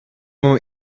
mam